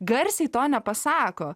garsiai to nepasako